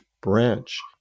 branch